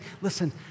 listen